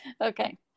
Okay